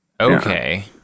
Okay